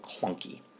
clunky